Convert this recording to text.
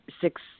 six